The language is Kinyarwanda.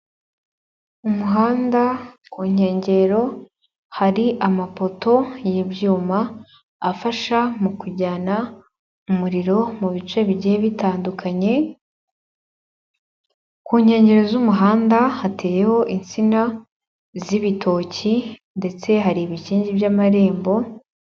Umuhanda ku nkengero hari amapoto y'ibyuma afasha mu kujyana umuriro mu bice bigiye bitandukanye, ku nkengero z'umuhanda hateyeho intsina z'ibitoki ndetse hari ibikingi by'amarembo.